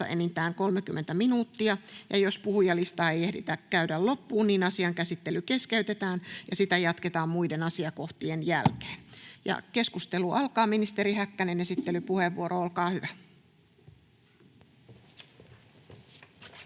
enintään 30 minuuttia. Jos puhujalistaa ei tässä ajassa ehditä käydä loppuun, asian käsittely keskeytetään ja sitä jatketaan muiden asiakohtien jälkeen. — Keskustelu alkaa. Ministeri Häkkänen, esittelypuheenvuoro, olkaa hyvä.